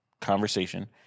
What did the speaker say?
conversation